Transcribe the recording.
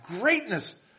greatness